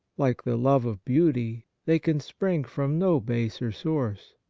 like the love of beauty, they can spring from no baser source.